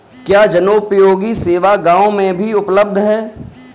क्या जनोपयोगी सेवा गाँव में भी उपलब्ध है?